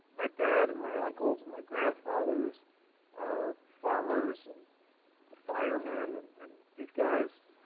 my dad and my uncles and my grandfathers are farmers and firemen and these guys,